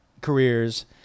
careers